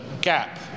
gap